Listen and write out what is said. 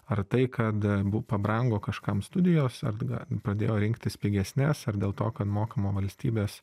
ar tai kad bu pabrango kažkam studijos adga pradėjo rinktis pigesnes ar dėl to kad mokamo valstybės